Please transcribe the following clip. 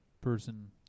person